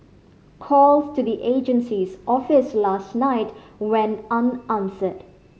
calls to the agency's office last night went unanswered